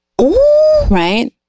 right